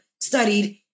studied